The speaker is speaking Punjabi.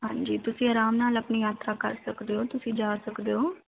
ਹਾਂਜੀ ਤੁਸੀਂ ਆਰਾਮ ਨਾਲ ਆਪਣੀ ਯਾਤਰਾ ਕਰ ਸਕਦੇ ਹੋ ਤੁਸੀਂ ਜਾ ਸਕਦੇ ਹੋ